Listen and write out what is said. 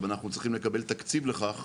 אבל אנחנו צריכים לקבל תקציב לכך.